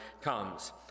comes